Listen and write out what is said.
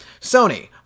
Sony